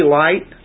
light